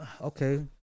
okay